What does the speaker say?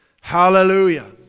Hallelujah